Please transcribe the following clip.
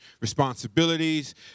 responsibilities